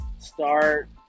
Start